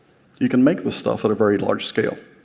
you can make this stuff at a very large scale.